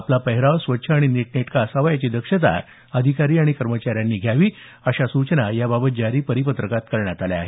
आपला पेहराव स्वच्छ आणि नीटनेटका असावा याची दक्षता अधिकारी आणि कर्मचाऱ्यांनी घ्यावी अशा सूचना याबाबत जारी परिपत्रकात करण्यात आल्या आहेत